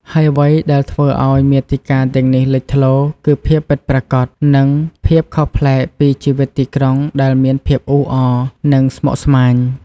ហើយអ្វីដែលធ្វើឲ្យមាតិកាទាំងនេះលេចធ្លោ គឺភាពពិតប្រាកដ និង ភាពខុសប្លែកពីជីវិតទីក្រុងដែលមានភាពអ៊ូអរ និងស្មុគស្មាញ។